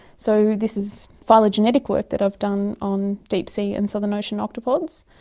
so this is phylogenetic work that i've done on deep sea and southern ocean octopods,